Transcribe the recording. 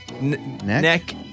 Neck